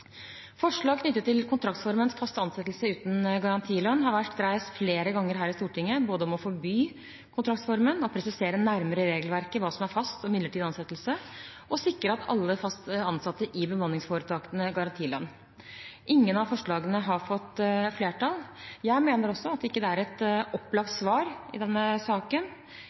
Forslag knyttet til kontraktsformen «fast ansettelse uten garantilønn» har vært reist flere ganger her i Stortinget, om både å forby kontraktsformen, å presisere nærmere i regelverket hva som er fast og midlertidig ansettelse, og å sikre alle fast ansatte i bemanningsforetakene garantilønn. Ingen av forslagene har fått flertall. Jeg mener også at det ikke er et opplagt svar i denne saken.